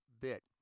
bit